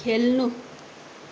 खेल्नु